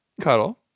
cuddle